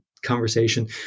conversation